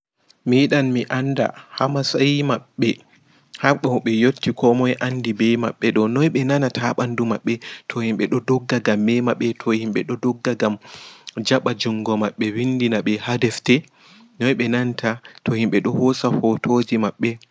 Mi yiɗan mi anda ha masayi maɓɓe hado ɓe yotti komoi anɗi ɓe maɓɓe ɓe noi ɓe nana ta ha ɓanɗu maɓɓe to himɓe ɗo dogga gam meema ɓe to himɓe ɗo ɗogga gam jaɓa jungo maɓɓe winɗi naɓe ha ɗefte noi ɓe nanta to himɓe ɗo hoosa hotoji maɓɓe.